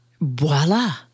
voila